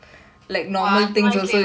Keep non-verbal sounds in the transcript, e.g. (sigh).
!wah! then (laughs)